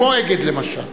כמו "אגד", למשל.